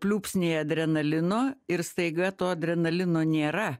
pliūpsnį adrenalino ir staiga to adrenalino nėra